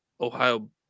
Ohio